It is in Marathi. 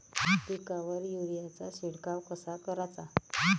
पिकावर युरीया चा शिडकाव कसा कराचा?